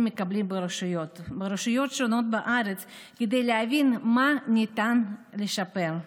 מקבלים ברשויות שונות בארץ כדי להבין מה ניתן לשפר.